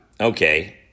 okay